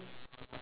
mm